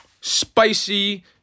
Spicy